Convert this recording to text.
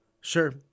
Sure